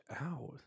out